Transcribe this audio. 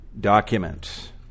document